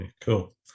Cool